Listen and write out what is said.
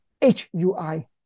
H-U-I